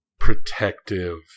Protective